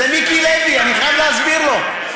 זה מיקי לוי, אני חייב להסביר לו.